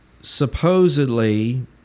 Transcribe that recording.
supposedly